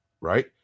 right